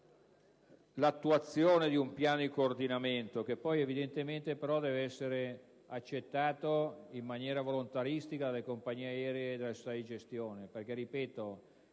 Grazie